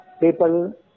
People